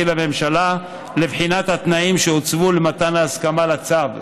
לממשלה לבחינת התנאים שהוצבו למתן ההסכמה לצו.